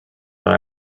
that